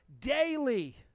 daily